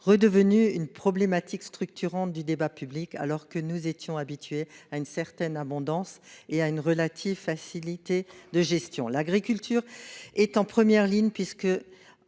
redevenue une problématique structurante du débat public, alors que nous nous étions habitués à une certaine abondance et à une relative facilité. L'agriculture est en première ligne, puisque